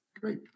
Great